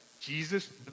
Jesus